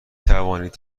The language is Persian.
توانید